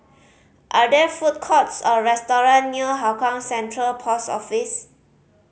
are there food courts or restaurants near Hougang Central Post Office